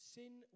Sin